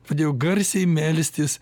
pradėjau garsiai melstis